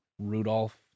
Rudolph